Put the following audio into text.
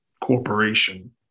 corporation